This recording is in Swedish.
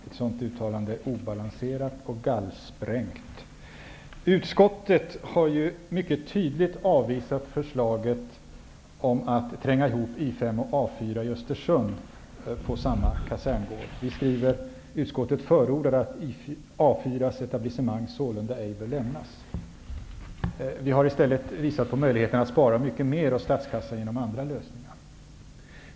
Ett sådant uttalande är obalanserat och gallsprängt. Utskottet har mycket tydligt avvisat förslaget om att tränga ihop I 5 och A 4 i Östersund på samma kaserngård. Utskottet förordar att ''A 4:s etablissement sålunda ej bör lämnas''. Utskottet har i stället visat på möjligheterna att spara mycket mer på statskassan med hjälp av andra lösningar.